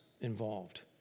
involved